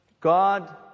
God